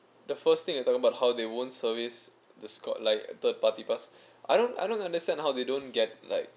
the first thing you talking about how they won't service I don't I don't understand how they don't get like